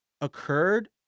occurred